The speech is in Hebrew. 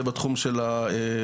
זה בתחום של השואה.